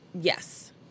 yes